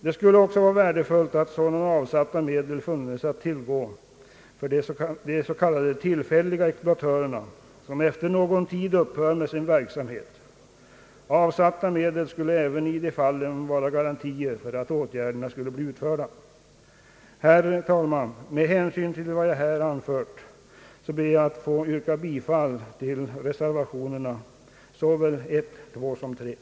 Det skulle också vara bra om sådana avsatta medel funnes att tillgå för de s.k. tillfälliga exploatörerna, som efter någon tid upphör med sin verksamhet. Avsatta medel skulle även i sådana fall vara garantier för att åtgärderna kunde utföras. Herr talman! Med hänsyn till vad jag här anfört ber jag att få yrka bifall till reservationerna I, II och III.